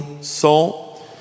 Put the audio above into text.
soul